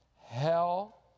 hell